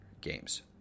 Games